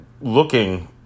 looking